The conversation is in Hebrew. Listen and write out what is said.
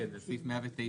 כן, זה סעיף 109(א).